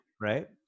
right